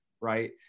right